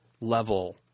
level